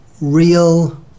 real